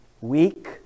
weak